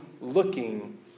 looking